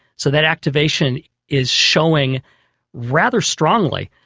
so that activation is showing rather strongly.